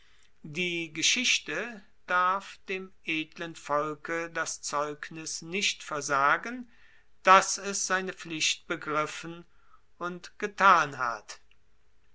die geschichte darf dem edlen volke das zeugnis nicht versagen dass es seine pflicht begriffen und getan hat